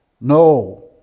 no